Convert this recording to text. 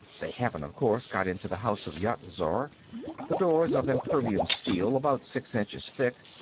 they haven't, of course, got into the house of yat-zar the door's of impervium steel, about six inches thick,